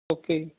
okay